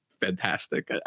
fantastic